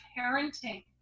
parenting